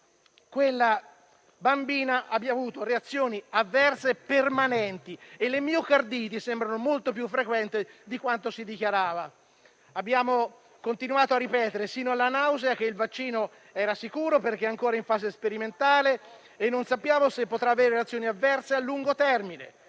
una bambina, o ha subito reazioni avverse permanenti. E le miocarditi sembrano molto più frequenti di quanto dichiarato. Abbiamo continuato a ripetere fino alla nausea che il vaccino era sicuro, benché sia ancora in fase sperimentale e non sappiamo se potrà generare reazioni avverse a lungo termine.